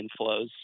inflows